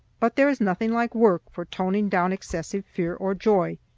but there is nothing like work for toning down excessive fear or joy.